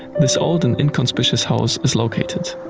this old and inconspicuous house is located.